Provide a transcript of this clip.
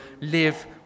live